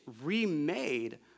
remade